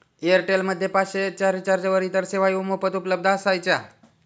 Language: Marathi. एअरटेल मध्ये पाचशे च्या रिचार्जवर इतर सेवाही मोफत उपलब्ध असायच्या